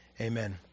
Amen